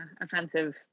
offensive